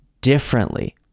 differently